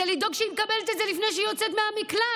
הוא לדאוג שהיא מקבלת את זה לפני שהיא יוצאת מהמקלט,